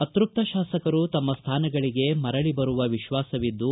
ಅತೃಪ್ತ ಶಾಸಕರು ತಮ್ಮ ಸ್ಥಾನಗಳಿಗೆ ಮರಳಿ ಬರುವ ವಿಶ್ವಾಸವಿದ್ದು